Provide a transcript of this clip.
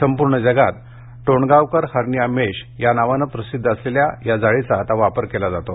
संपूर्ण जगात आता टोणगावकर हरनीया मेश या नावाने प्रसिध्द झालेल्या या जाळीचा वापर केला जातो